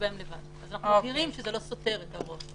בהם לבד אז אנחנו מגדירים שזה לא סותר את ההוראות.